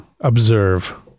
observe